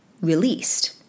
released